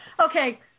Okay